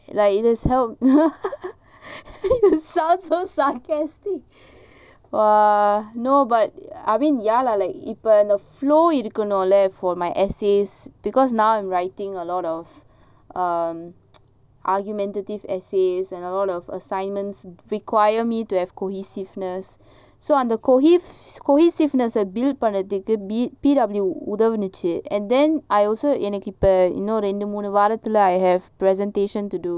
like it has help sound so sarcastic !wah! no but I mean ya lah like இப்பஇந்தஇருக்கணும்ல:ipa indha irukanumla flow இருக்கணும்ல:irukanumla for my essays because now I'm writing a lot of um argumentative essays and a lot of assignments require me to have cohesiveness so அந்த:andha cohesiveness பண்ணதுக்கு:pannathuku P_W உதவுச்சு:udhavuchu and then I also எனக்குஇப்பஇன்னும்ரெண்டுமூணுவாரத்துல:enaku ipa innum rendu moonu varathula I have presentation to do so like